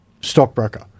Stockbroker